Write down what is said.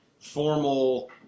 formal